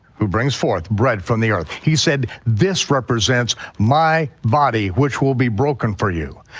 who brings forth bread from the earth. he said this represents my body which will be broken for you.